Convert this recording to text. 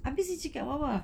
habis saya cakap dengan awak